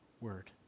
Word